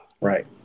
Right